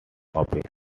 office